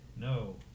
No